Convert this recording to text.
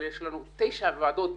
אבל יש לנו תשע ועדות במקביל,